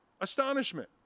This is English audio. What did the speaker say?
Astonishment